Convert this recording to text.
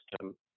system